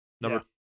Number